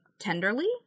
tenderly